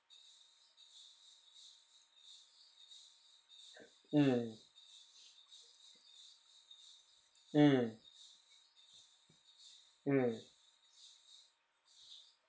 mm mm mm